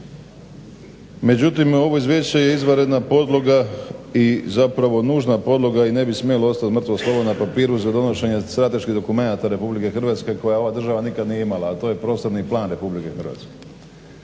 Međutim ovo izvješće je izvanredna podloga i zapravo nužna podloga i ne bi smjelo ostati mrtvo slovo na papiru za donošenje strateških dokumenta RH koja ova država nikad nije imala, a to je prostorni plan RH. to je sramota